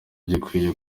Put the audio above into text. gikwiye